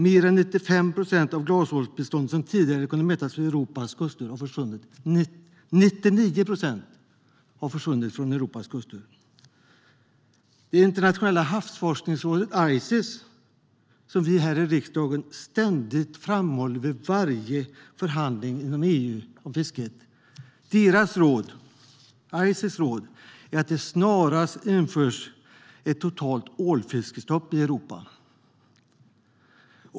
Mer än 99 procent av det glasålsbestånd som tidigare kunnat mätas vid Europas kuster har försvunnit. Vi här i riksdagen framhåller Internationella Havsforskningsrådet, Ices, i varje förhandling om fisket inom EU, och dess råd är att snarast införa ett totalt ålfiskestopp i Europa.